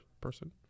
person